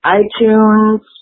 iTunes